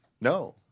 No